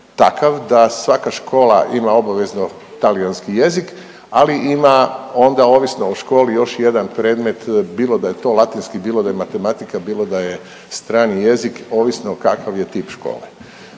takav da svaka škola ima obavezno talijanski jezik ali ima onda ovisno o školi još jedan predmet bilo da je to latinski, bilo da je matematika, bilo da je strani jezik ovisno kakav je tip škole.